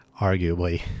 arguably